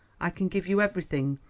i can give you everything,